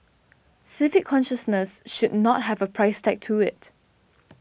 civic consciousness should not have a price tag to it